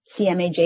CMAJ